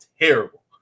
terrible